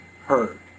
heard